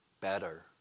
better